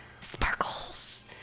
sparkles